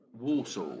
Warsaw